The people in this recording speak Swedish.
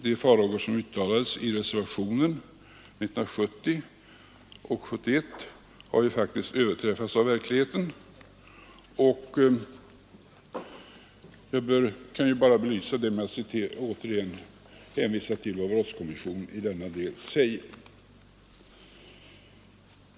De farhågor som uttalades i reservationerna 1970 och 1971 har ju faktiskt överträffats av verkligheten. Jag kan belysa det med att återigen hänvisa till vad brottskommissionen säger i denna del.